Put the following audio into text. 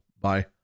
bye